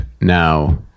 now